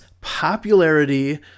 popularity